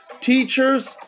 teachers